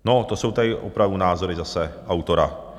No, to jsou tady opravdu názory zase autora.